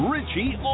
Richie